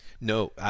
No